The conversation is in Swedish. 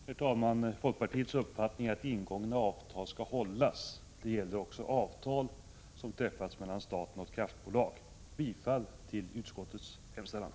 Herr talman! Folkpartiets uppfattning är att ingångna avtal skall hållas. Det gäller också avtal som träffats mellan staten och ett kraftbolag. Bifall till utskottets hemställan!